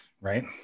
Right